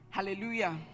Hallelujah